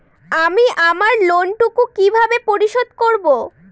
আমি আমার লোন টুকু কিভাবে পরিশোধ করব?